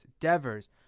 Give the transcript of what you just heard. Devers